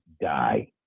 die